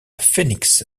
phoenix